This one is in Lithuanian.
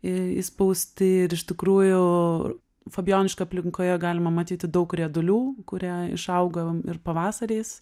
įspausti ir iš tikrųjų fabijoniškių aplinkoje galima matyti daug riedulių kurie išauga ir pavasariais